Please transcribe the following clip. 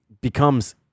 becomes